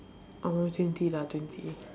hour twenty lah twenty